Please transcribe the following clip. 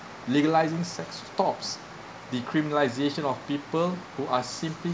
legalizing sex stops the criminalization of people who are simply